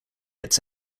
its